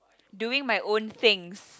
doing my own things